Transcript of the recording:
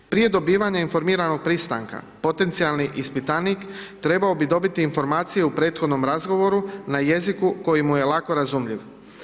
Prije dobivanja informiranog pristanka, potencijalni ispitanik trebao bi dobiti informaciju prethodnom razgovoru na jeziku koji mu je lako razumljiv.